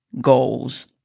goals